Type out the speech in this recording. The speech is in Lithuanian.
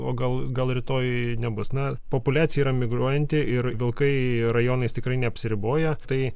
o gal gal rytoj nebus na populiacija yra migruojanti ir vilkai rajonais tikrai neapsiriboja tai